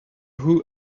who